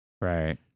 right